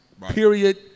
period